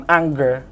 anger